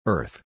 Earth